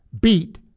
beat